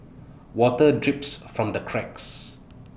water drips from the cracks